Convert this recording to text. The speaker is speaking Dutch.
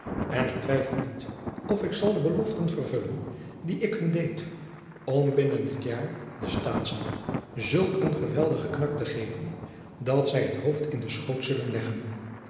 en ik twijfel niet of ik zal de beloften vervullen die ik hun deed om binnen het jaar den staatschen zulk een geweldigen knak te geven dat zij het hoofd in den schoot zullen leggen